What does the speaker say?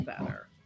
better